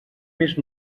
més